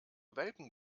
welpen